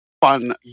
fun